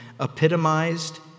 epitomized